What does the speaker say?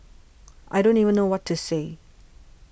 I don't even know what to say